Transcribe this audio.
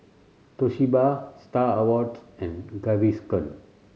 Toshiba Star Awards and Gaviscon